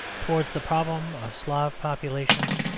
towards the problem of slav population,